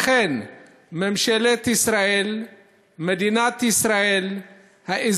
לכן על ממשלת ישראל ומדינת ישראל לדאוג